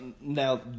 Now